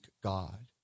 God